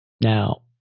Now